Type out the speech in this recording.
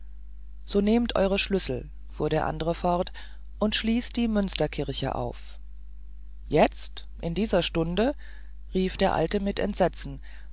so nehmt eure schlüssel fuhr der andere fort und schließt die münsterkirche auf jetzt in dieser stunde rief der alte mit entsetzen